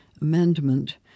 Amendment